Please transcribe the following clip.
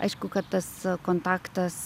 aišku kad tas kontaktas